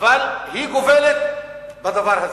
אבל היא גובלת בדבר הזה.